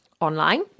online